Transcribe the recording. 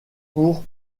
pour